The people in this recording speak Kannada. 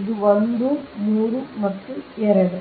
ಇದು 1 ಇದು 3 ಮತ್ತು ಇದು 2